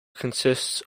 consists